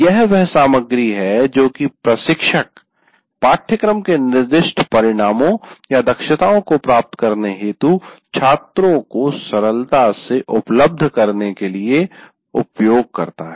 यह वह सामग्री है जो कि प्रशिक्षक पाठ्यक्रम के निर्दिष्ट परिणामों या दक्षताओं को प्राप्त करने हेतु छात्रो को सरलता से उपलब्ध करने के लिए उपयोग करता है